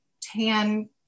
tan